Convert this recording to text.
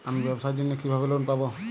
আমি ব্যবসার জন্য কিভাবে লোন পাব?